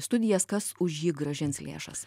studijas kas už jį grąžins lėšas